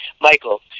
Michael